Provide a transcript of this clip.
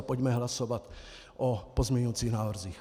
Pojďme hlasovat o pozměňovacích návrzích.